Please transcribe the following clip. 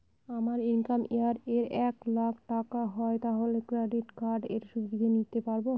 আমার income year এ এক লাক টাকা হয় তাহলে ক্রেডিট কার্ড এর সুবিধা নিতে পারবো?